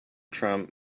trump